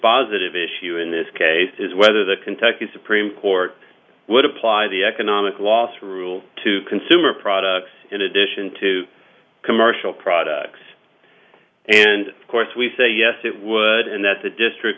dispositive issue in this case is whether the kentucky supreme court would apply the economic loss rule to consumer products in addition to commercial products and of course we say yes it would and that the district